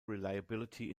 reliability